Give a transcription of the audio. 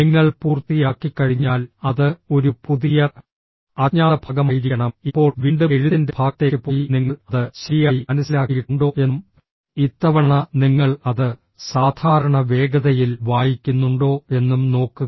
നിങ്ങൾ പൂർത്തിയാക്കിക്കഴിഞ്ഞാൽ അത് ഒരു പുതിയ അജ്ഞാത ഭാഗമായിരിക്കണം ഇപ്പോൾ വീണ്ടും എഴുത്തിന്റെ ഭാഗത്തേക്ക് പോയി നിങ്ങൾ അത് ശരിയായി മനസ്സിലാക്കിയിട്ടുണ്ടോ എന്നും ഇത്തവണ നിങ്ങൾ അത് സാധാരണ വേഗതയിൽ വായിക്കുന്നുണ്ടോ എന്നും നോക്കുക